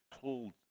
pulled